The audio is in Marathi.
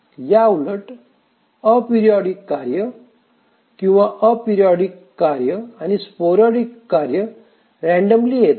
याउलट अपेरिओडिक कार्य किंवा अपिरिओडीक कार्य आणि स्पोरॅडिक कार्य रँडमली येतात